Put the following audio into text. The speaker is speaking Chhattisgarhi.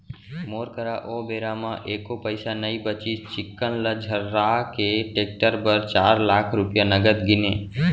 मोर करा ओ बेरा म एको पइसा नइ बचिस चिक्कन ल झर्रा के टेक्टर बर चार लाख रूपया नगद गिनें